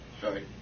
sorry